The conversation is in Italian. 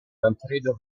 manfredo